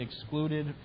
excluded